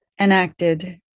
enacted